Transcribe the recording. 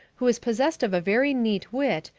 who is possessed of a very neat wit,